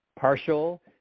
partial